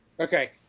Okay